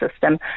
system